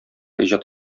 иҗат